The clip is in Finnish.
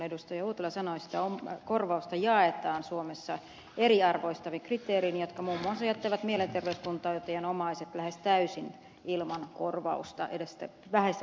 uotila sanoi sitä korvausta jaetaan suomessa eriarvoistavin kriteerein jotka muun muassa jättävät mielenterveyskuntoutujien omaiset lähes täysin ilman edes sitä vähäistä korvausta